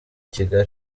kigali